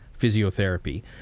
physiotherapy